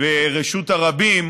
ברשות הרבים,